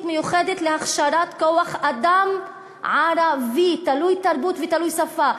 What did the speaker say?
מיוחדת להכשרת כוח-אדם ערבי תלוי-תרבות ותלוי-שפה.